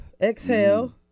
exhale